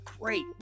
great